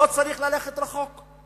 לא צריך ללכת רחוק.